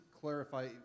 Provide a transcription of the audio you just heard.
clarify